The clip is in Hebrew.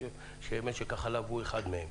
משק החלב הוא אחד מהם.